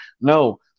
No